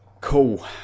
Cool